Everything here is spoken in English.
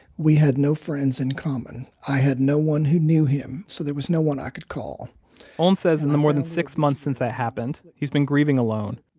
we had no friends in common. i had no one who knew him. so there was no one i could call olin says in the more than six months since that happened, he's been grieving alone.